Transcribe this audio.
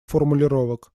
формулировок